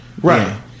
right